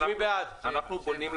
מי בעד סעיף